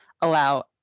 allow